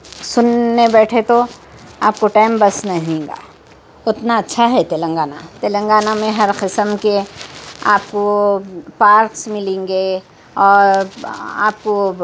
سننے بیٹھے تو آپ کو ٹائم بس نہیں گا اتنا اچّھا ہے تلنگانہ تلنگانہ میں ہر قسم کے آپ کو پارکس ملیں گے اور آپ کو